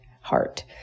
heart